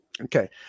Okay